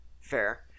fair